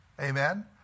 amen